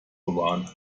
bewahren